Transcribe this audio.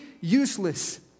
useless